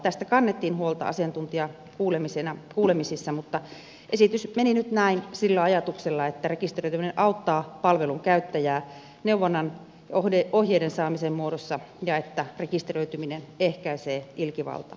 tästä kannettiin huolta asiantuntijakuulemisissa mutta esitys meni nyt näin sillä ajatuksella että rekisteröityminen auttaa palvelun käyttäjää neuvonnan ja ohjeiden saamisen muodossa ja että rekisteröityminen ehkäisee ilkivaltaa